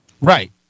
right